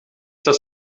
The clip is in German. das